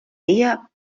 dia